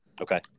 Okay